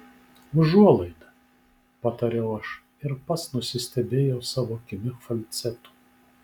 užuolaida patariau aš ir pats nusistebėjau savo kimiu falcetu